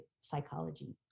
psychology